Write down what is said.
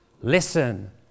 listen